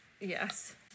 Yes